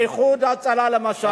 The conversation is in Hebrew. אתה לא לבד.